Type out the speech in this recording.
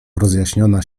rozjaśniona